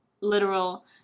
literal